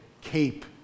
cape